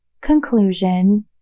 conclusion